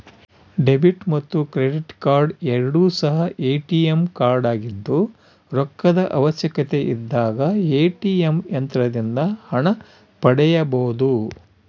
debit ಮತ್ತು credit card ಎರಡು ಸಹ ಎ.ಟಿ.ಎಂ ಕಾರ್ಡಾಗಿದ್ದು ರೊಕ್ಕದ ಅವಶ್ಯಕತೆಯಿದ್ದಾಗ ಎ.ಟಿ.ಎಂ ಯಂತ್ರದಿಂದ ಹಣ ಪಡೆಯಬೊದು